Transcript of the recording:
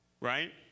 right